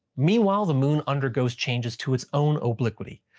meanwhile the moon undergoes changes to its own or liquidy.